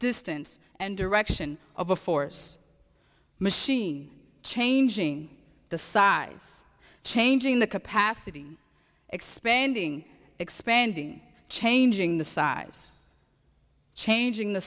distance and direction of a force machine changing the size changing the capacity expanding expanding changing the size changing the